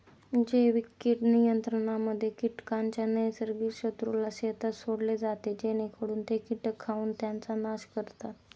जैविक कीड नियंत्रणामध्ये कीटकांच्या नैसर्गिक शत्रूला शेतात सोडले जाते जेणेकरून ते कीटक खाऊन त्यांचा नाश करतात